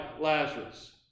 Lazarus